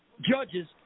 judges